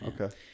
okay